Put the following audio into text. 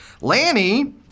Lanny